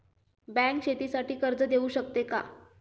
Bank शेतीसाठी कर्ज देऊ शकते का?